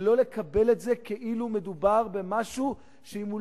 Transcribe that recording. ולא לקבל את זה כאילו מדובר במשהו שאם הוא